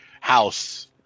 house